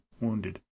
wounded